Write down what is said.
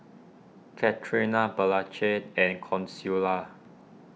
Katharina Blanche and Consuela